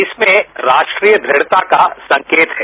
इसमें राष्ट्रीय दृंढता का संकेत है